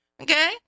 okay